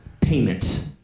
payment